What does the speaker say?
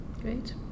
Great